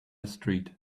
street